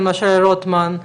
למשל רוטמן,